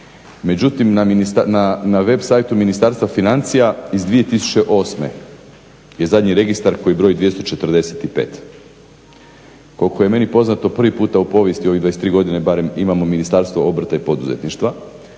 Međutim, na web site-u Ministarstva financija iz 2008. je zadnji registar koji broji 245. Koliko je meni poznato prvi puta u povijesti u ovih 23 godine barem imamo Ministarstvo obrta i poduzetništva